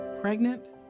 Pregnant